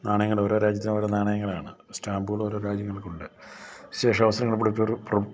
നാണയങ്ങളോരോ രാജ്യത്തിനോരോ നാണയങ്ങളാണ് സ്റ്റാമ്പുകളോരോ രാജ്യങ്ങൾക്കുണ്ട് വിശേഷാവസരങ്ങൾ വിളിച്ചൊരു പുറ